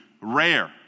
rare